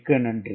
மிக்க நன்றி